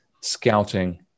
scouting